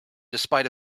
despite